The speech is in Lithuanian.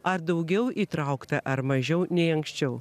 ar daugiau įtraukta ar mažiau nei anksčiau